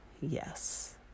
yes